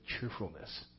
cheerfulness